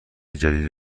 جدید